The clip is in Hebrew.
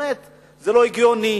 זה לא הגיוני,